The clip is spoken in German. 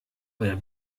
euer